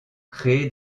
créer